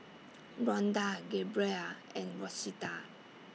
Ronda Gabriella and Rosita